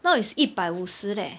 now it's 一百五十 leh